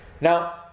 Now